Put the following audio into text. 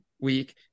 week